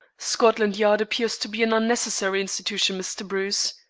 scotland yard appears to be an unnecessary institution, mr. bruce,